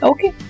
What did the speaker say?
Okay